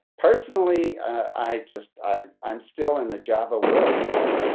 personally, i just i'm still in the java world. i,